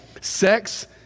Sex